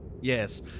Yes